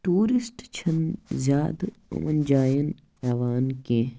tourist چھِنہٕ زیادٕ یِمَن جایَن یِوان کیٚنہہ